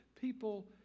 People